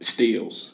Steals